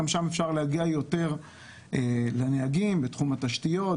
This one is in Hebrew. גם אפשר להגיע יותר לנהגים בתחום התשתיות,